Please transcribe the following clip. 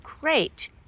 great